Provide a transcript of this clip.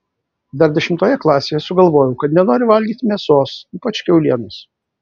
dar dešimtoje klasėje sugalvojau kad nenoriu valgyti mėsos ypač kiaulienos